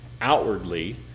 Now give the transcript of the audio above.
outwardly